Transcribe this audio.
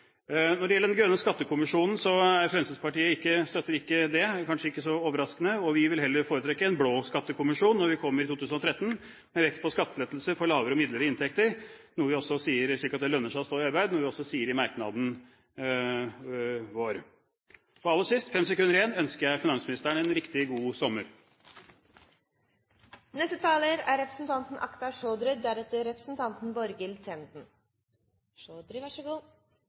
Når det gjelder den grønne skattekommisjonen, støtter ikke Fremskrittspartiet det – kanskje ikke så overraskende. Vi vil heller foretrekke en blå skattekommisjon når vi kommer til 2013, med vekt på skattelettelser for lavere og midlere inntekter, så det lønner seg å stå i arbeid, noe vi også sier i merknaden vår. Og aller sist – det er fem sekunder igjen – ønsker jeg finansministeren en riktig god sommer! Jeg fikk anledning til å høre på representanten